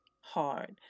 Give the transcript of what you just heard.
hard